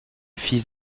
fils